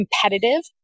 competitive